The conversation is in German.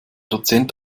dozent